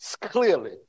clearly